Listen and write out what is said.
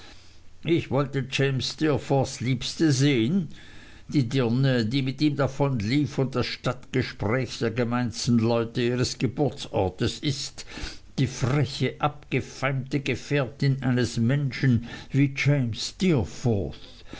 ich wollte james steerforths liebste sehen die dirne die mit ihm davonlief und das stadtgespräch der gemeinsten leute ihres geburtsortes ist die freche abgefeimte gefährtin eines menschen